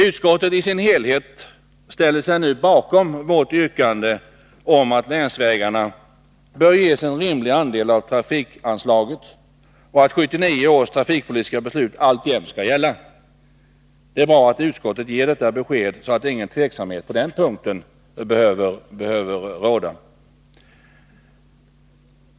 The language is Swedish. Utskottet i dess helhet ställer sig nu bakom vårt yrkande om att länsvägarna bör ges en rimlig andel av anslaget och att 1979 års trafikpolitiska beslut alltjämt skall gälla. Det är bra att utskottet ger detta besked så att ingen osäkerhet behöver råda på den punkten.